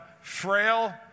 frail